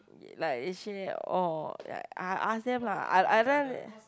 like they share orh like I I ask them lah I I